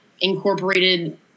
incorporated